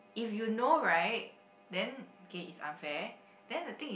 if you know right then k it's unfair then the thing is